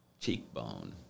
cheekbone